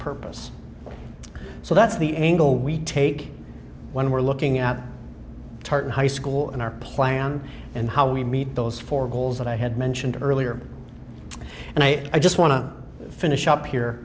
purpose so that's the angle we take when we're looking at tartan high school in our plan and how we meet those four goals that i had mentioned earlier and i just want to finish up here